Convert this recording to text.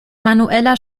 manueller